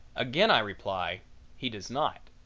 again i reply he does not.